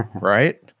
right